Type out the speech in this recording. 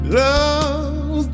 love